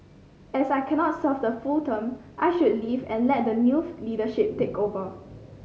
as I cannot serve the full term I should leave and let the new leadership take over